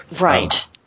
Right